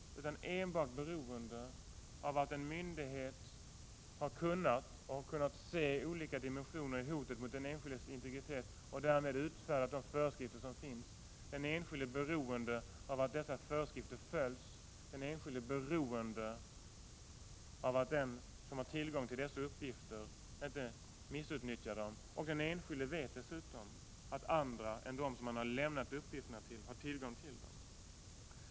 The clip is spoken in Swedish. Han eller hon är enbart beroende av att myndigheten har kunnat se olika dimensioner i hotet mot den enskildes integritet och därmed utfärdat de föreskrifter som kan behövas. Den enskilde är beroende av att dessa föreskrifter följs. Den enskilde är beroende av att den som har tillgång till dessa uppgifter inte missbrukar dem. Den enskilde vet dessutom att andra än dem som han har lämnat uppgifterna till har tillgång till dessa.